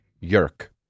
Yerk